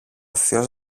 θείος